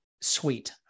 sweet